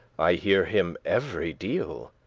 i hear him every deal.